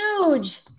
huge